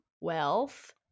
wealth